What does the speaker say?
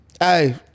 Hey